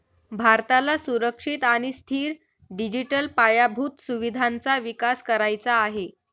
भारताला सुरक्षित आणि स्थिर डिजिटल पायाभूत सुविधांचा विकास करायचा आहे